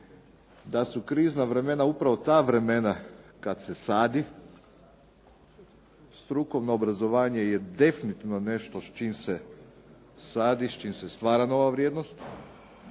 da su krizna vremena u pravo ta vremena kada se sadi. Strukovno obrazovanje je definitivno nešto s čim se sadi s čim se stvara nova vrijednost,